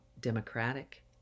Democratic